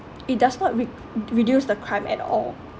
it does not re~ reduce the crime at all